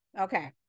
Okay